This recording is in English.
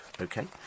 okay